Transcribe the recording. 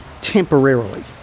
temporarily